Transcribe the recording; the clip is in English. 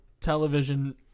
television